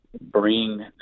Bring